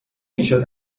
میشد